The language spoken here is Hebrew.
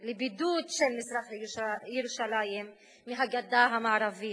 לבידוד של מזרח-ירושלים מהגדה המערבית